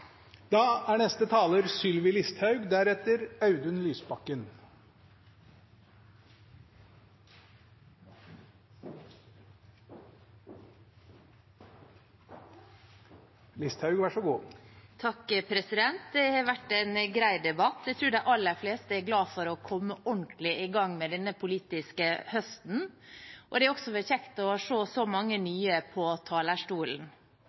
Det har vært en greit debatt. Jeg tror de aller fleste er glad for å komme ordentlig i gang med denne politiske høsten. Det er også kjekt å se så mange nye på talerstolen.